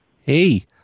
Hey